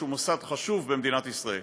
שהוא מוסד חשוב במדינת ישראל.